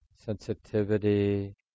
sensitivity